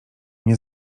nie